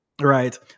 Right